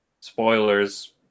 Spoilers